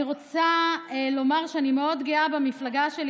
אני רוצה לומר שאני מאוד גאה במפלגה שלי,